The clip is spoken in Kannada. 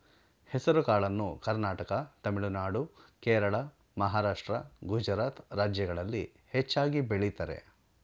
ಹೆಸರುಕಾಳನ್ನು ಕರ್ನಾಟಕ ತಮಿಳುನಾಡು, ಕೇರಳ, ಮಹಾರಾಷ್ಟ್ರ, ಗುಜರಾತ್ ರಾಜ್ಯಗಳಲ್ಲಿ ಹೆಚ್ಚಾಗಿ ಬೆಳಿತರೆ